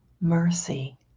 mercy